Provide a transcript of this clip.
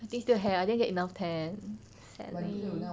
I think still have I didn't get enough tan sadly